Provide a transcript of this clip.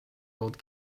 old